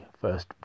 first